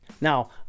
Now